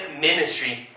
ministry